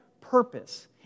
purpose